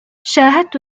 شاهدت